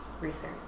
research